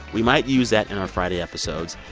we might use that in our friday episodes.